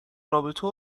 رابطه